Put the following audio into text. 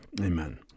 Amen